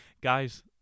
guys